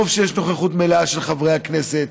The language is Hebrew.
טוב שיש נוכחות מלאה של חברי הכנסת,